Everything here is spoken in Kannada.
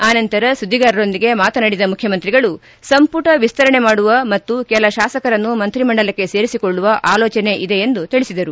ಅನಂತರ ಸುದ್ದಿಗಾರರೊಂದಿಗೆ ಮಾತನಾಡಿದ ಮುಖ್ಯಮಂತ್ರಿಗಳು ಸಂಪುಟ ವಿಸ್ತರಣೆ ಮಾಡುವ ಮತ್ತು ಕೆಲ ತಾಸಕರನ್ನು ಮಂತ್ರಿ ಮಂಡಲಕ್ಕೆ ಸೇರಿಸಿಕೊಳ್ಳುವ ಅಲೋಚನೆ ಇದೆ ಎಂದು ತಿಳಿಸಿದರು